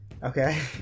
Okay